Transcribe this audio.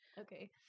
okay